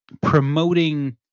promoting